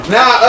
Now